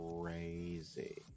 crazy